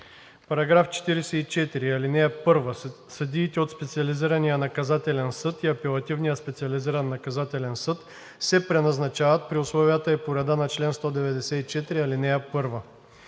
става § 44: „§ 44. (1) Съдиите от Специализирания наказателен съд и Апелативния специализиран наказателен съд се преназначават при условията и по реда на чл. 194, ал. 1.